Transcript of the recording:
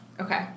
Okay